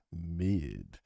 mid